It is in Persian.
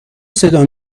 صدا